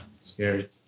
Scary